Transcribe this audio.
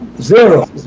zero